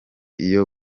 iyo